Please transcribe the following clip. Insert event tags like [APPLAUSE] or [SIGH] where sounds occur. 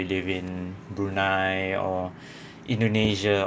live in brunei or [BREATH] indonesia